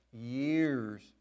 years